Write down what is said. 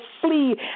flee